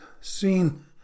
seen